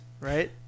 right